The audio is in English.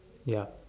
ya